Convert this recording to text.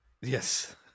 Yes